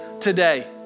today